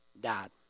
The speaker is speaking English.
died